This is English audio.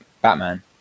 Batman